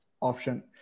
option